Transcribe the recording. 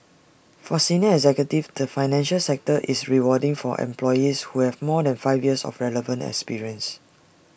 for senior executives the financial sector is rewarding for employees who have more than five years of relevant experience